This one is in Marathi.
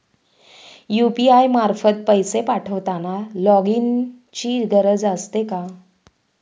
यु.पी.आय मार्फत पैसे पाठवताना लॉगइनची गरज असते का?